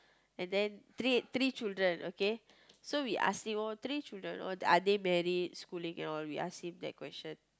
and then three three children okay so we ask him oh three children are they married schooling you know we ask him that question